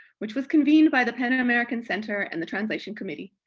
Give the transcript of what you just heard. which was convened by the pen and american center and the translation committee,